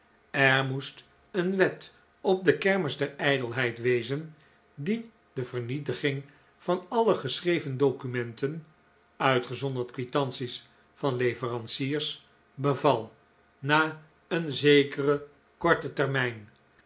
er moest een wet op de kermis der ijdelheid wezen die de vernietiging van alle geschreven documenten uitgezonderd quitanties van leveranciers beval na een zekeren korten termijn